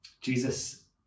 Jesus